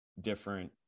different